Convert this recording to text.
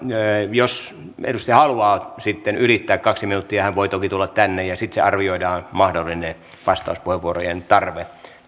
jos edustaja haluaa sitten ylittää kaksi minuuttia hän voi toki tulla tänne ja sitten arvioidaan mahdollinen vastauspuheenvuorojen tarve